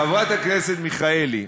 חברת הכנסת מיכאלי,